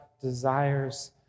desires